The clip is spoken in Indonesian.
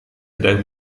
tidak